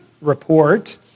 report